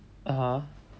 (uh huh)